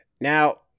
Now